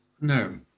No